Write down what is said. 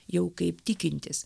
jau kaip tikintys